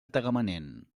tagamanent